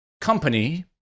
company